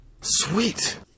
Sweet